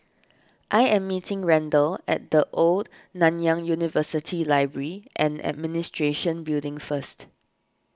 I am meeting Randle at the Old Nanyang University Library and Administration Building first